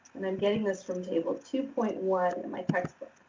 and i'm getting this from table two point one in my textbook.